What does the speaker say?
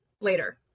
later